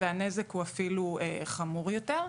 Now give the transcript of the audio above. והנזק הוא אפילו חמור יותר.